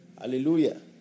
Hallelujah